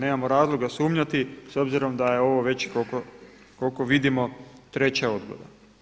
Nemamo razloga sumnjati s obzirom da je ovo već koliko vidimo treća odgoda.